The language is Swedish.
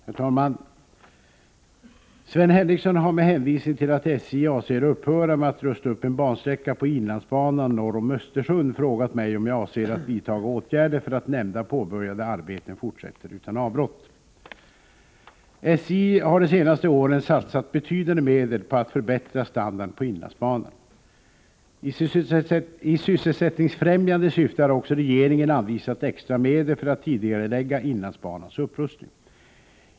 Herr talman! Sven Henricsson har med hänvisning till att SJ avser upphöra med att rusta upp en bansträcka på inlandsbanan norr om Östersund frågat mig om jag avser att vidtaga åtgärder för att nämnda påbörjade arbeten = Nr 155 fortsätter utan avbrott. Torsdagen den SJ har de senaste åren satsat betydande medel på att förbättra standarden 30 maj 1985 på inlandsbanan. I sysselsättningsfrämjande syfte har också regeringen anvisat extra medel för att tidigarelägga inlandsbanans upprustning.